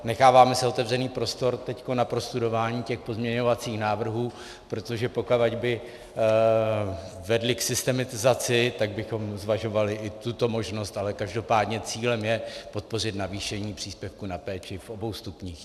Necháváme si otevřený prostor teď na prostudování těch pozměňovacích návrhů, protože pokud by vedly k systemizaci, tak bychom zvažovali i tuto možnost, ale každopádně cílem je podpořit navýšení příspěvku na péči v obou stupních.